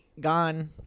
Gone